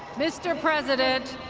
mr. president,